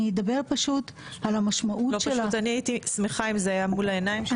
הייתי שמחה אם זה היה מול העיניים שלנו.